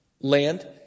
land